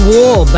Wall